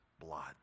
blood